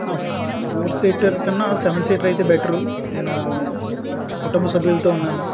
four seater కన్నా seven seater అయితే better నేను కుటుంబ సభ్యులతో ఉన్నాను